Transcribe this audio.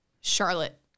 Charlotte